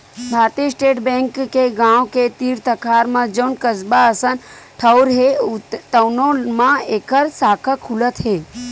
भारतीय state bank के गाँव के तीर तखार म जउन कस्बा असन ठउर हे तउनो म एखर साखा खुलत हे